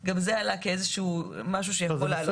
גם זה נושא שיכול לעלות.